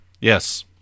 Yes